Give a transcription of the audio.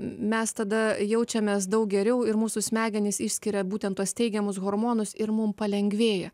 mes tada jaučiamės daug geriau ir mūsų smegenys išskiria būtent tuos teigiamus hormonus ir mum palengvėja